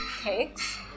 cakes